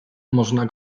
można